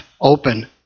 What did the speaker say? open